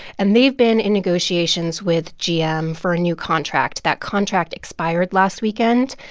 and they've been in negotiations with gm for a new contract. that contract expired last weekend,